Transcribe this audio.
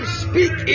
speak